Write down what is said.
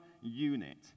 unit